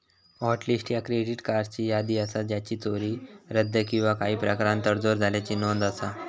hot list ह्या credit कार्ड्सची यादी असा ज्याचा चोरी, रद्द किंवा काही प्रकारान तडजोड झाल्याची नोंद असा